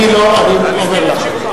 אני אומר לך,